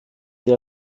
die